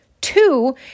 Two